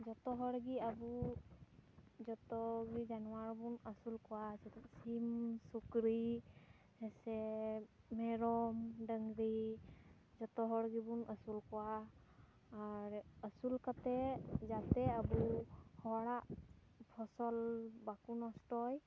ᱡᱚᱛᱚ ᱦᱚᱲ ᱜᱮ ᱟᱵᱚ ᱡᱚᱛᱚ ᱜᱮ ᱡᱟᱱᱟᱣᱟᱨ ᱵᱚᱱ ᱟᱹᱥᱩᱞ ᱠᱚᱣᱟ ᱥᱤᱢ ᱥᱩᱠᱨᱤ ᱥᱮ ᱢᱮᱨᱚᱢ ᱰᱟᱹᱝᱨᱤ ᱡᱚᱛᱚ ᱦᱚᱲ ᱜᱮᱵᱚᱱ ᱟᱹᱥᱩᱞ ᱠᱚᱣᱟ ᱟᱨ ᱟᱹᱥᱩᱞ ᱠᱟᱛᱮ ᱡᱟᱛᱮ ᱟᱵᱚ ᱦᱚᱲᱟᱜ ᱯᱷᱚᱥᱚᱞ ᱵᱟᱠᱚ ᱱᱚᱥᱴᱚᱭ